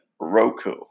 Roku